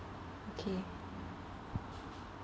okay